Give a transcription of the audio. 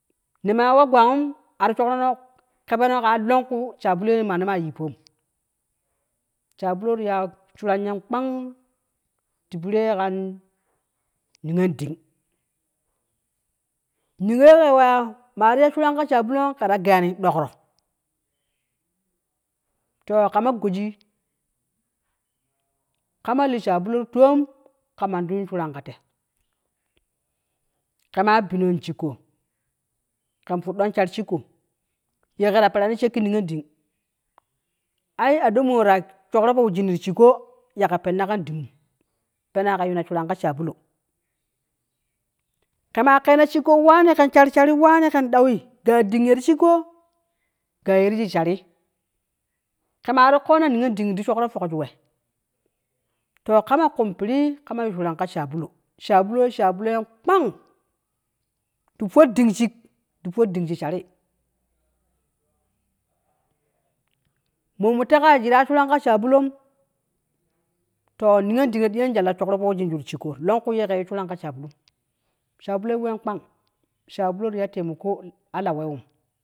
Ne maa wa gwangum ara shuk ro noo kebeno ka longku shabulu ye mano maa yippon, shabulo ti ya shuran yen kpang ti pire kan niyonding. niyo yeke weya mari ya sharan ka shabulom kera geyani dokro, to kama goji kama li shabulo ti toom kaman ti yun shuran ka te. keman bibnon shigko, ken ⼲udɗon shar shigko, ye keta peranii shekki niyonding ai adoo mo ta shukro ko owijin ti shikko ya ke penna kan dingum, penaa ke yuna shuran ka shabulo. kema keena shigko waani ken shar shari waani ken dawi da dingi yeti shinko ga yeti shig shari, kemaa ti koona niyon ding indi shokro ⼲ukju we, to kama kumpirii kama yu shuran ka shabulo, shabulo, shabulon yen kpang ti ⼲ur ding shig ti ⼲ur ding shig shari manio tega yani ta ya shuran ka shabulom to niyon ding ta diyoni ta shokri po wijinju ti shigko longku ye ke yu shuran ka shabulum, shabulo wen kpang shabulo ti ya taimako ala wewum.